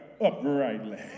uprightly